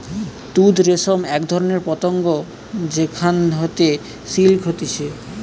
তুত রেশম এক ধরণের পতঙ্গ যেখান হইতে সিল্ক হতিছে